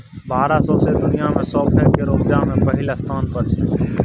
भारत सौंसे दुनियाँ मे सौंफ केर उपजा मे पहिल स्थान पर छै